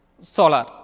solar